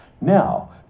now